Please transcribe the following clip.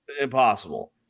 impossible